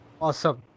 Awesome